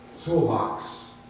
toolbox